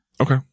Okay